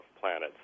planets